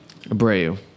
Abreu